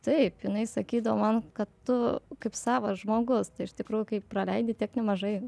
taip jinai sakydavo man kad tu kaip savas žmogus iš tikrųjų kai praleidi tiek nemažai